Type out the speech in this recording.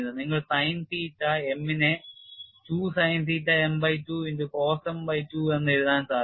നിങ്ങൾ sin തീറ്റ m നെ 2 sin theta m by 2 into cos m by 2 എന്ന് എഴുതാൻ സാധിക്കും